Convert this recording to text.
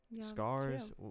scars